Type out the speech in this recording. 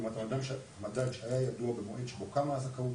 מועצת הקרן,